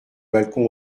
balcon